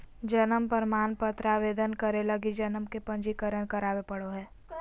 जन्म प्रमाण पत्र आवेदन करे लगी जन्म के पंजीकरण करावे पड़ो हइ